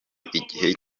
igihe